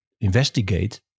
investigate